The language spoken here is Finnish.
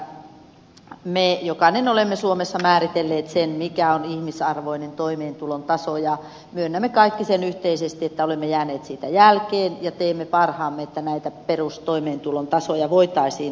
taiveaholle että me jokainen olemme suomessa määritelleet sen mikä on ihmisarvoinen toimeentulon taso ja myönnämme kaikki sen yhteisesti että olemme jääneet siitä jälkeen ja teemme parhaamme että näitä perustoimeentulon tasoja voitaisiin nostaa